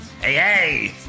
hey